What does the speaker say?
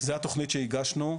זו התכנית שהגשנו.